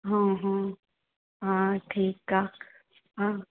हा हा हा ठीकु आहे हा